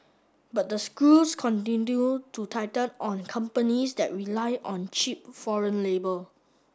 but the screws continue to tighten on companies that rely on cheap foreign labour